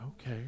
Okay